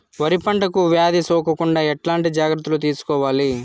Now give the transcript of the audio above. వరి పంటకు వ్యాధి సోకకుండా ఎట్లాంటి జాగ్రత్తలు తీసుకోవాలి?